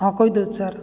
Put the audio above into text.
ହଁ କହିଦେଉତ୍ ସାର୍